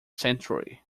century